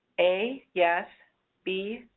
a. yes b.